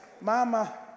Mama